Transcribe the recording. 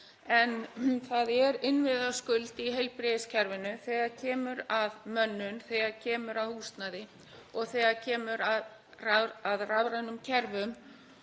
Það er innviðaskuld í heilbrigðiskerfinu þegar kemur að mönnun, þegar kemur að húsnæði og þegar kemur að rafrænum kerfum.